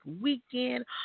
weekend